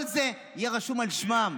כל זה יהיה רשום על שמם.